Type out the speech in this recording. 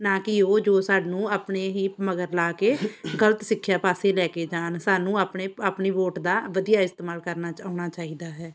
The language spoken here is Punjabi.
ਨਾ ਕਿ ਉਹ ਜੋ ਸਾਨੂੰ ਆਪਣੇ ਹੀ ਮਗਰ ਲਾ ਕੇ ਗਲਤ ਸਿੱਖਿਆ ਪਾਸੇ ਲੈ ਕੇ ਜਾਣ ਸਾਨੂੰ ਆਪਣੇ ਆਪਣੀ ਵੋਟ ਦਾ ਵਧੀਆ ਇਸਤੇਮਾਲ ਕਰਨਾ ਚ ਆਉਣਾ ਚਾਹੀਦਾ ਹੈ